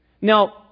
Now